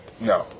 no